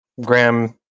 Graham